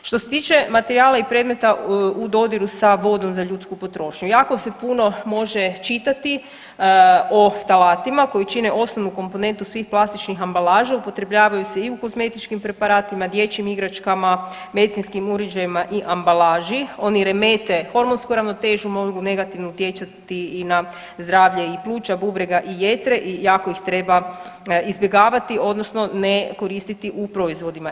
Što se tiče materijala i predmeta u dodiru sa vodom za ljudsku potrošnju, jako se puno može čitati o ftalatima, koji čine osnovnu komponentu svih plastičnih ambalaža, upotrebljavaju se i u kozmetičkim preparatima, dječjim igračkama, medicinskim uređajima i ambalaži, oni remete hormonsku ravnotežu, mogu negativno utjecati i na zdravlje i pluća, bubrega i jetre i jako ih treba izbjegavati odnosno ne koristiti u proizvodima.